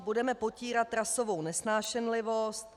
Budeme potírat rasovou nesnášenlivost.